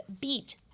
Beat